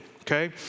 okay